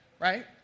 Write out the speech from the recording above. right